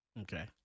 Okay